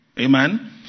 Amen